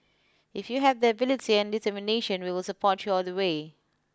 if you have the ability and determination we will support you all the way